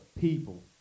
people